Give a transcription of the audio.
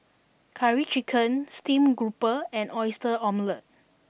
curry chicken steam grouper and oyster Omelette